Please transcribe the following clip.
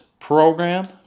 Program